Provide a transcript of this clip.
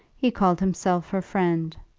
he called himself her friend.